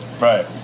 Right